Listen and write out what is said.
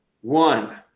one